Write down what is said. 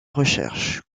recherche